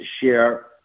share